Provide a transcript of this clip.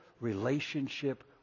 relationship